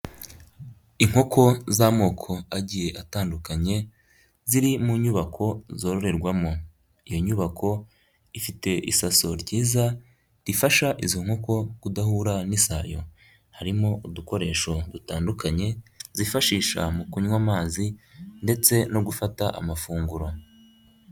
Inkoko z'amoko agiye atandukanye, ziri mu nyubako zororerwamo. Iyo nyubako ifite isaso ryiza rifasha izo nkoko kudahura n'isayo. Harimo udukoresho dutandukanye zifashisha mu kunywa amazi ndetse no gufata amafunguro.